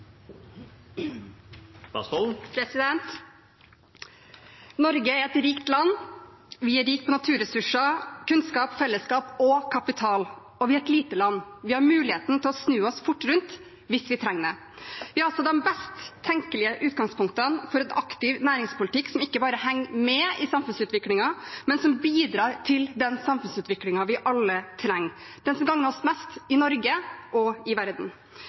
er omme. Norge er et rikt land – vi er rike på naturressurser, kunnskap, fellesskap og kapital. Og vi er et lite land – vi har muligheten til å snu oss fort rundt hvis vi trenger det. Vi har altså de best tenkelige utgangspunkt for en aktiv næringspolitikk som ikke bare henger med i samfunnsutviklingen, men som bidrar til den samfunnsutviklingen vi alle trenger, den som gagner oss mest – i Norge og i verden.